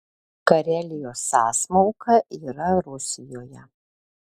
karelijos sąsmauka yra rusijoje